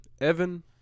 Evan